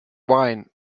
wein